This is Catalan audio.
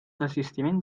desistiment